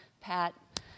Pat